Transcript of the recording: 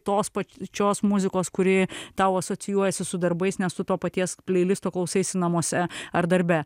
tos pačios muzikos kuri tau asocijuojasi su darbais nes tu to paties pleilisto klausaisi namuose ar darbe